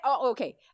okay